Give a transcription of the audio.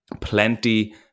plenty